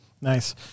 Nice